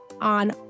on